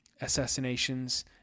assassinations